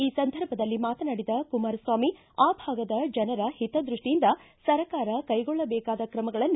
ಈ ಸಂದರ್ಭದಲ್ಲಿ ಮಾತನಾಡಿದ ಕುಮಾರಸ್ವಾಮಿ ಆ ಭಾಗದ ಜನರ ಹಿತದೃಷ್ಷಿಯಿಂದ ಸರ್ಕಾರ ಕೈಗೊಳ್ಳಬೇಕಾದ ಕ್ರಮಗಳನ್ನು